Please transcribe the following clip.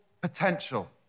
potential